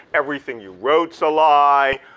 everything you wrote's a lie.